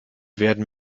werden